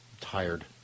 tired